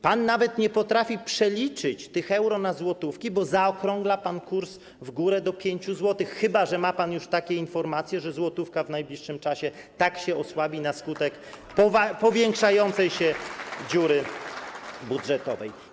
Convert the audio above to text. Pan nawet nie potrafi przeliczyć euro na złotówki, bo zaokrągla pan kurs w górę do 5 zł, chyba że ma pan już informacje, że złotówka w najbliższym czasie tak się osłabi na skutek powiększającej się dziury budżetowej.